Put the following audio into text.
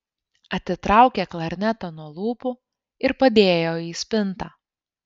atitraukė klarnetą nuo lūpų ir padėjo į spintą